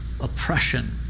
oppression